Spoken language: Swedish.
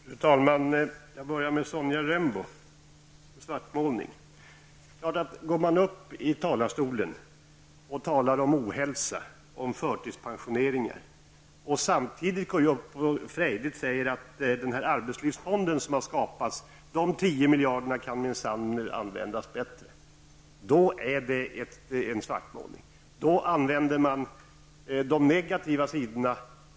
Fru talman! Sonja Rembo talade om svartmålning. Det är klart att om man som Sonja Rembo går upp i talarstolen och talar om ohälsa och förtidspensioneringar och samtidigt talar frejdigt om att de 10 miljarder som den arbetslivsfond som har skapats har till sitt förfogande minsann kan användas bättre, då är det fråga om svartmålning. Då använder man de negativa sidorna.